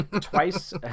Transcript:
Twice